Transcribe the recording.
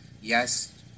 Yes